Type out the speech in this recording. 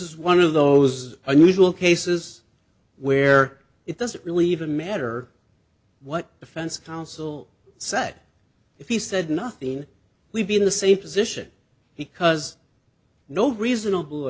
is one of those unusual cases where it doesn't really even matter what defense counsel said if he said nothing we've been the same position because no reasonable